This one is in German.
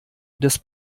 des